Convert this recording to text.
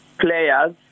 players